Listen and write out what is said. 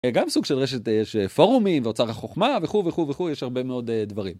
וגם סוג של רשת יש פרומים ואוצר החוכמה וכו' וכו' וכו', יש הרבה מאוד דברים.